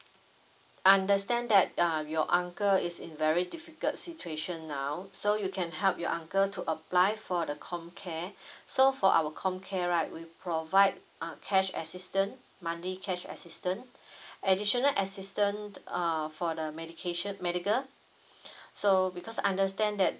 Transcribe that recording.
understand that um your uncle is in very difficult situation now so you can help your uncle to apply for the comcare so for our comcare right we provide uh cash assistance monthly cash assistance additional assistance uh for the medication medical so because understand that